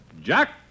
Jack